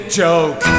joke